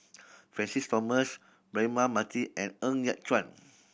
Francis Thomas Braema Mathi and Ng Yat Chuan